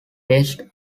based